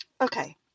Okay